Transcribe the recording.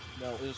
No